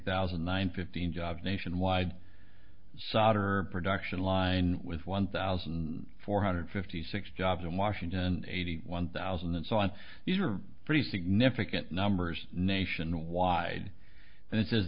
thousand nine fifteen jobs nationwide solder production line with one thousand four hundred fifty six jobs in washington eighty one thousand and so on these are pretty significant numbers nationwide and it says